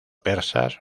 persas